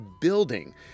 building